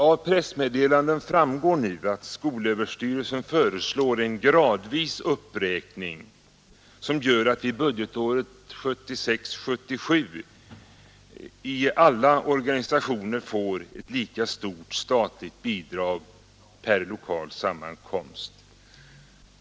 Av pressmeddelanden framgår nu att skolöverstyrelsen föreslår en gradvis uppräkning, som gör att budgetåret 1976/77 alla organisationer får ett lika stort statligt bidrag per lokal sammankomst.